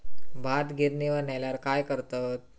भात गिर्निवर नेल्यार काय करतत?